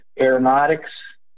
aeronautics